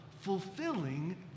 fulfilling